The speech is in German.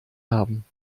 haben